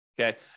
Okay